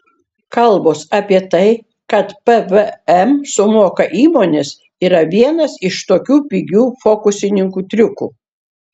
kalbos apie tai kad pvm sumoka įmonės yra vienas iš tokių pigių fokusininkų triukų